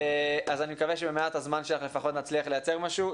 אז אני מבקש שבמעט הזמן שלך לפחות נצליח לייצר משהו.